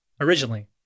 originally